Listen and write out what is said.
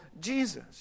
Jesus